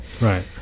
Right